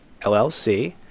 LLC